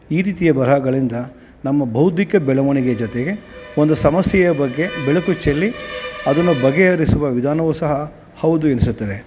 ಈ ರೀತಿಯ ಬರಹಗಳಿಂದ ನಮ್ಮ ಬೌದ್ಧಿಕ ಬೆಳವಣಿಗೆ ಜೊತೆಗೆ ಒಂದು ಸಮಸ್ಯೆಯ ಬಗ್ಗೆ ಬೆಳಕು ಚೆಲ್ಲಿ ಅದನ್ನು ಬಗೆಹರಿಸುವ ವಿಧಾನವೂ ಸಹ ಹೌದು ಎನಿಸುತ್ತದೆ